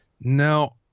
now